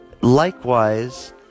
Likewise